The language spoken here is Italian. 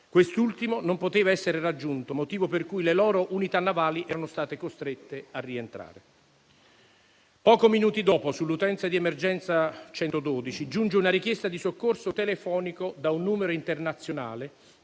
quest'ultimo non poteva essere raggiunto, motivo per cui le loro unità navali erano state costrette a rientrare. Pochi minuti dopo, sull'utenza di emergenza 112 giunge una richiesta di soccorso telefonica da un numero internazionale